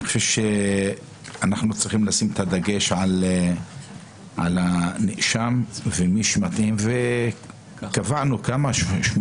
אני חושב שאנחנו צריכים לשים את הדגש על הנאשם וקבענו שמונה